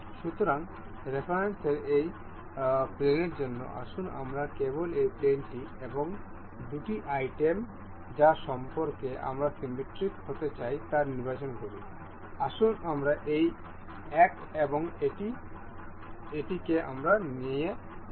সুতরাং রেফারেন্সের এই প্লেনের জন্য আসুন আমরা কেবল এই প্লেনটি এবং দুটি আইটেম যা সম্পর্কে আমরা সিমিট্রিক হতে চাই তা নির্বাচন করি আসুন আমরা এই এক এবং এটি বলি